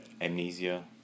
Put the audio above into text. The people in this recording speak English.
Amnesia